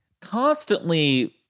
constantly